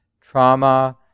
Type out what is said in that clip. trauma